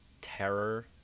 terror